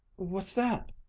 what's that?